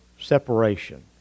separation